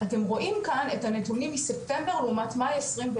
אתם רואים כאן את הנתונים מספטמבר לעומת מאי 21,